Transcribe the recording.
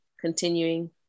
continuing